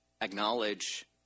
acknowledge